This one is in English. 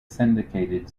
syndicated